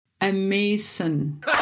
amazing